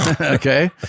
Okay